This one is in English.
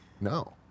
No